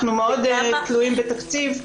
אנחנו מאוד תלויים בתקציב,